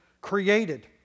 created